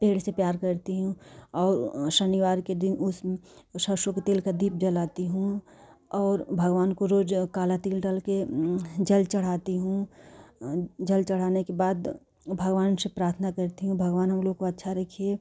पेड़ से प्यार करती हूँ और शनिवार के दिन उस सरसों के तेल का दीप जलाती हूँ और भगवान को रोज़ काला तिल डालकर जल चढ़ाती हूँ जल चढ़ाने के बाद भगवान से प्रार्थना करती हूँ भगवान हम लोगों को अच्छा रखिए